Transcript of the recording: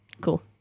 Cool